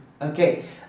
Okay